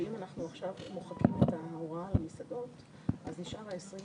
שאם אנחנו עכשיו מוחקים את ההוראה על המסעדות אז נשאר ה-30-20,